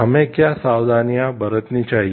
हमें क्या सावधानियां बरतनी चाहिए